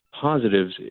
positives